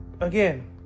Again